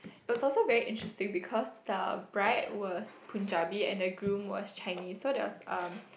it was also very interesting because the bride was Punjabi and the groom was Chinese so there was uh